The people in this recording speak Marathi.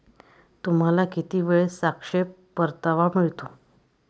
तुम्हाला किती वेळेत सापेक्ष परतावा मिळतो?